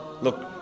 look